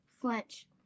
flinch